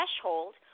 threshold